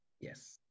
Yes